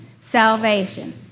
salvation